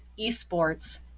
esports